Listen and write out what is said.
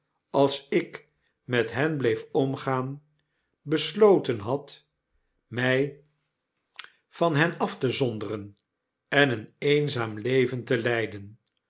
als ik met hen bleef dmgaan besloten had my van hen af te zonderen en een eenzaam leven te leiden